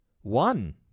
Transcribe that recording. One